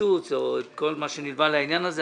הקיצוץ ואת כל מה שנלווה לעניין הזה.